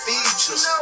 Features